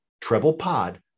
TreblePod